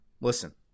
Listen